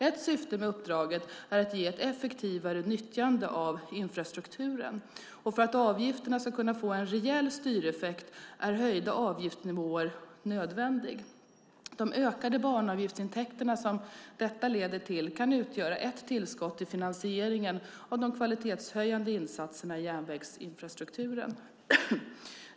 Ett syfte med uppdraget är att ge ett effektivare nyttjande av infrastrukturen. För att avgifterna ska kunna få en reell styreffekt är höjda avgiftsnivåer nödvändigt. De ökade banavgiftsintäkter som detta leder till kan utgöra ett tillskott till finansieringen av de kvalitetshöjande insatserna i järnvägsinfrastrukturen.